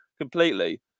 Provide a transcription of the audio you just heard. completely